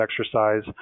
exercise